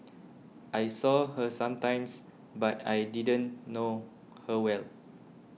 I saw her sometimes but I didn't know her well